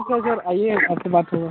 ठीक है सर आइए आपसे बात होगी